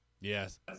Yes